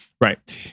Right